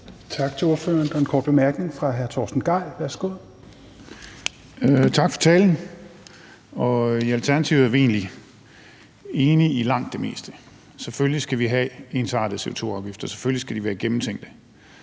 Tak til ordføreren. Der er en kort bemærkning fra hr. Torsten Gejl. Værsgo. Kl. 15:57 Torsten Gejl (ALT): Tak for talen. I Alternativet er vi egentlig enige i langt det meste. Selvfølgelig skal vi have ensartede CO2-afgifter, og selvfølgelig skal de være gennemtænkte.